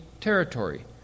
territory